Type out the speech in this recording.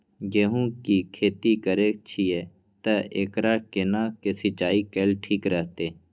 गेहूं की खेती करे छिये ते एकरा केना के सिंचाई कैल ठीक रहते?